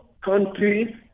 countries